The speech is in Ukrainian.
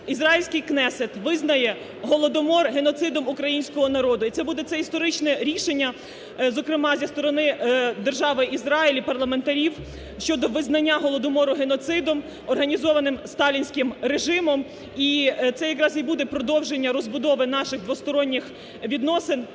Ізраїльський Кнесет визнає Голодомор геноцидом українського народу. І це буде історичне рішення, зокрема зі сторони Держави Ізраїль і парламентарів щодо визнання Голодомору геноцидом, організованим сталінським режимом. І це якраз і буде продовження розбудови наших двосторонніх відносин